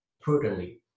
prudently